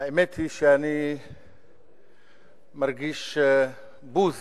האמת היא שאני מרגיש בוז